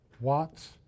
watts